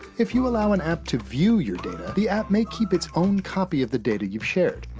if you allow an app to view your data, the app may keep it's own copy of the data you've shared.